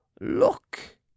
look